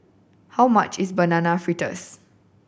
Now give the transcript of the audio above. how much is Banana Fritters